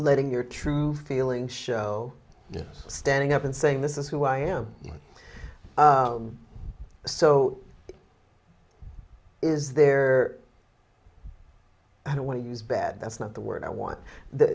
letting your true feelings show standing up and saying this is who i am so is there i don't want to use bad that's not the word i want th